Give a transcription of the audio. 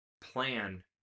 plan